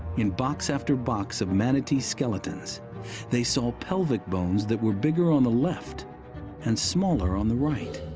in box after box of manatee skeletons they saw pelvic bones that were bigger on the left and smaller on the right.